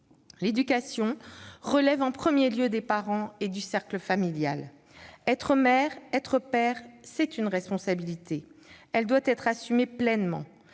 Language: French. L'éducation relève en premier lieu des parents et du cercle familial. Être mère, être père, c'est une responsabilité. Elle doit être assumée pleinement.